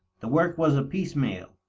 the work was a piecemeal,